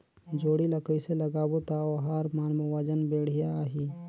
जोणी ला कइसे लगाबो ता ओहार मान वजन बेडिया आही?